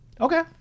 Okay